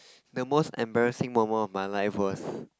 the most embarrassing moment of my life was